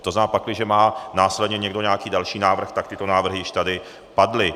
To znamená, pakliže má následně někdo nějaký další návrh, tak tyto návrhy již tady padly.